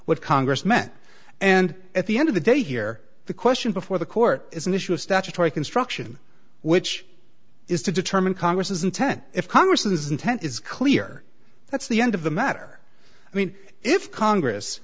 what congress meant and at the end of the day here the question before the court is an issue of statutory construction which is to determine congress intent if congress is intent is clear that's the end of the matter i mean if congress